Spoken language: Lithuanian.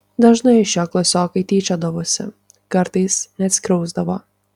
dažnai iš jo klasiokai tyčiodavosi kartais net skriausdavo